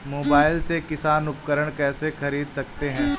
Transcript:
Mobile से किसान उपकरण कैसे ख़रीद सकते है?